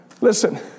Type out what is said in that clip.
Listen